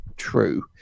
True